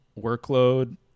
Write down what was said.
workload